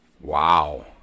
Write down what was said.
Wow